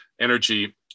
energy